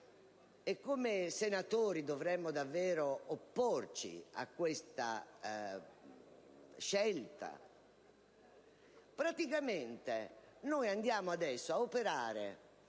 come senatori dovremmo davvero opporci a questa scelta. Praticamente andiamo a operare